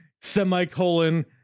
Semicolon